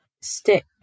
stick